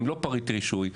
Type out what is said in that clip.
הם לא פריט רישוי,